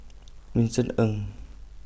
Vincent N